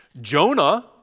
Jonah